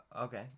okay